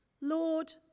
Lord